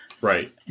right